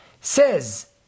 says